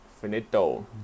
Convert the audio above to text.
finito